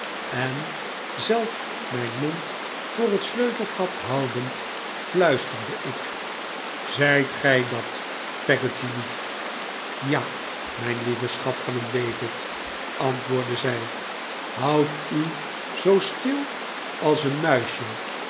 en zelf mijn mond voor het sleutelgat houdend fluisterde ik zijt gij dat peggotty lief ja mijn lieve schat van een david antwoordde zij houd u zoo stil als een muisje